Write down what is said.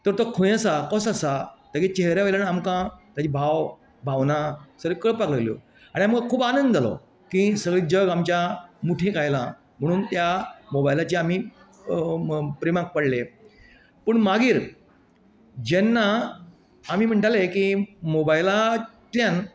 तर तो खंय आसा कसो आसा तेगे चेहऱ्यावयल्यान आमकां तेचे भाव भवनां सगळें कळपाक लागल्यो आनी आमकां खूब आनंद जालो की सगळें जग आमच्या मुठींत आयलां म्हणून त्या मोबायलांची आमी प्रेमांत पडले पूण मागीर जेन्ना आमी म्हणटाले की मोबायलांतल्यान